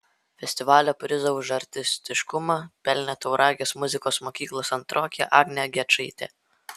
festivalio prizą už artistiškumą pelnė tauragės muzikos mokyklos antrokė agnė gečaitė